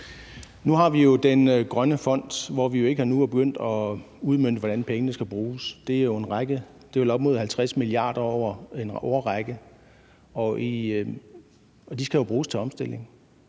Nu har vi jo den grønne fond, hvor vi jo endnu ikke er begyndt at udmønte, hvordan pengene skal bruges. Det er vel op mod 50 mia. kr. over en årrække, og de skal jo bruges til omstilling.